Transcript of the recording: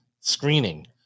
screening